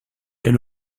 est